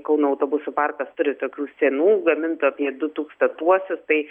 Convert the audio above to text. kauno autobusų parkas turi tokių senų gamintų apie du tūkstantuosius tai